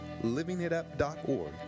livingitup.org